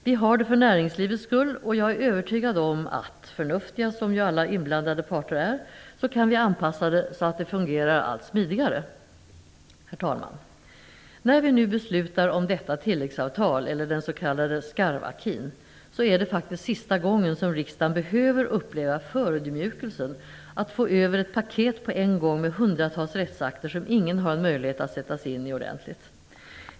Vi har det för näringslivets skull, och jag är övertygad om att, förnuftiga som ju alla inblandade parter är, vi kan anpassa det så att det fungerar allt smidigare. När vi nu beslutar om detta tilläggsavtal eller den s.k. skarv-acquisen är det sista gången riksdagen behöver uppleva förödmjukelsen att få över ett paket på en gång med hundratals rättsakter, som ingen har en möjlighet att sätta sig in i ordentligt.